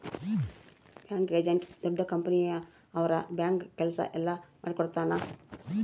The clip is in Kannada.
ಬ್ಯಾಂಕ್ ಏಜೆಂಟ್ ದೊಡ್ಡ ಕಂಪನಿ ಅವ್ರ ಬ್ಯಾಂಕ್ ಕೆಲ್ಸ ಎಲ್ಲ ಮಾಡಿಕೊಡ್ತನ